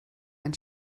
ein